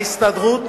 ההסתדרות,